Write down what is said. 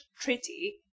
treaty